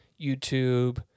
YouTube